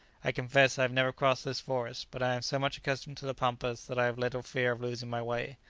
i confess i have never crossed this forest, but i am so much accustomed to the pampas that i have little fear of losing my way.